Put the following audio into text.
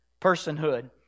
personhood